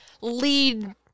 lead